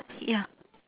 ya